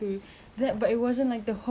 it's not mandatory